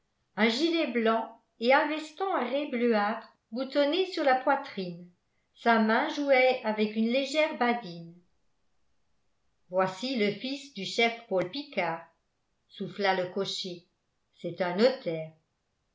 un gilet blanc et un veston à raies bleuâtres boutonné sur la poitrine sa main jouait avec une légère badine voici le fils du chef paul picard souffla le cocher c'est un